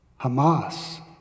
Hamas